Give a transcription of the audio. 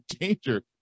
Danger